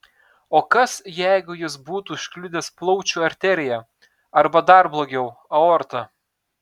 o kas jeigu jis būtų užkliudęs plaučių arteriją arba dar blogiau aortą